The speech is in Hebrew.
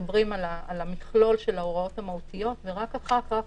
מדברים על המכלול של ההוראות המהותיות, ורק אחר כך